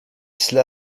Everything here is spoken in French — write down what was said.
cela